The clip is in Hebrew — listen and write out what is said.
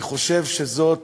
אני חושב שזאת